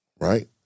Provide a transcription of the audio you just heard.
right